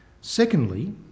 Secondly